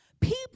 People